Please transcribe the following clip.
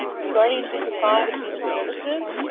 regarding district five and human services,